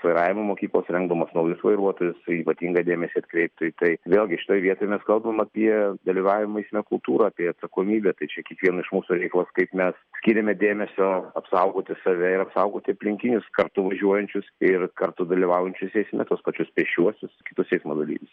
vairavimo mokyklos rengdamos naujus vairuotojus ypatingą dėmesį atkreiptų į tai vėlgi šitoj vietoj mes kalbam apie dalyvavimo eisme kultūrą apie atsakomybę tai čia kiekvieno iš mūsų reikalas kaip mes skiriame dėmesio apsaugoti save ir apsaugoti aplinkinius kartu važiuojančius ir kartu dalyvaujančius eisme tuos pačius pėsčiuosius kitus eismo dalyvius